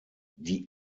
die